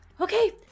Okay